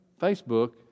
Facebook